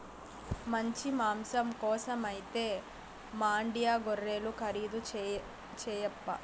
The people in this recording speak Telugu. మంచి మాంసం కోసమైతే మాండ్యా గొర్రెలు ఖరీదు చేయప్పా